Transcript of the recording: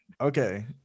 okay